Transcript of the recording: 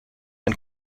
and